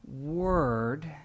word